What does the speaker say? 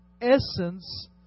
essence